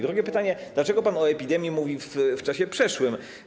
Drugie pytanie: Dlaczego pan o epidemii mówi w czasie przeszłym?